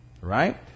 Right